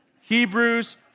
Hebrews